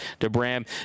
DeBram